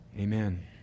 amen